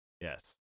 Yes